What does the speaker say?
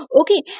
okay